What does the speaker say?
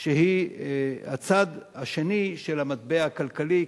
שהיא הצד השני של המטבע הכלכלי.